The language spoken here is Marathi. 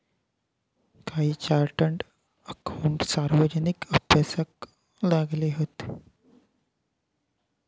काही चार्टड अकाउटंट सार्वजनिक अभ्यासाक लागले हत